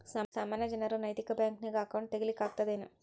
ಸಾಮಾನ್ಯ ಜನರು ನೈತಿಕ ಬ್ಯಾಂಕ್ನ್ಯಾಗ್ ಅಕೌಂಟ್ ತಗೇ ಲಿಕ್ಕಗ್ತದೇನು?